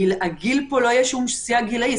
לא יהיה שום סייג גילאי.